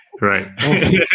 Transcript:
Right